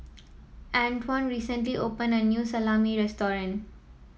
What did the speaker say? Antwon recently opened a new Salami restaurant